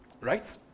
Right